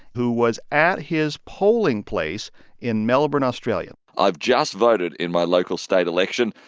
who was at his polling place in melbourne, australia i've just voted in my local state election,